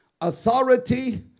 authority